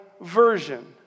version